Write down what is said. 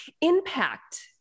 impact